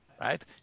right